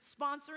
sponsoring